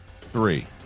three